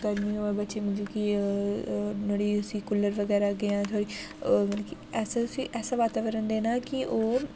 गरमी होऐ बच्चे ई मतलब कि अ अ नुहाड़ी उसी कूलर बगैरा अग्गें थोह्ड़ी मतलब कि ऐसा उसी ऐसा वातावरण देना कि ओह्